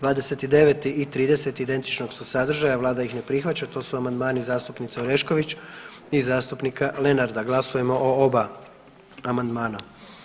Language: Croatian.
29. i 30. identičnog su sadržaja, vlada ih ne prihvaća, to su amandmani zastupnice Orešković i zastupnika Lenarta, glasujemo o oba amandmana.